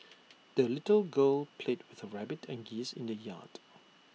the little girl played with her rabbit and geese in the yard